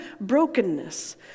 brokenness